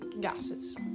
gases